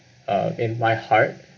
uh in my heart